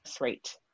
rate